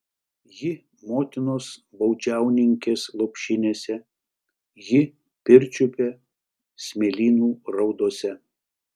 ji motinos baudžiauninkės lopšinėse ji pirčiupio smėlynų raudose